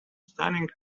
stunning